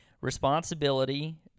responsibility